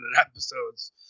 episodes